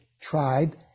tribe